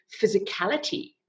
physicality